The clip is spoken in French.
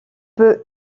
peut